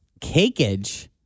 cakeage